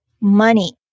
money